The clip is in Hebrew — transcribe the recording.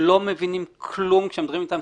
לא מבינים כלום כשמדברים איתם.